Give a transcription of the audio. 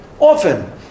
often